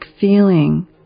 feeling